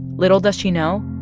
little does she know,